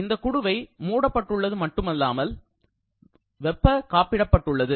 இந்தக் குடுவை மூடப்பட்டுள்ளது மட்டுமல்லாது வெப்ப காப்பிடப்பட்டுள்ளது